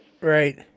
Right